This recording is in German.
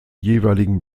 jeweiligen